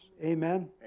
Amen